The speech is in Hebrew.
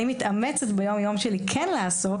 אני מתאמצת ביום יום שלי כן לעסוק.